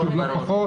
חשוב לא פחות.